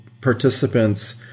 participants